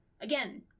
Again